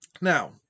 Now